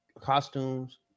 costumes